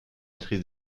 maîtrise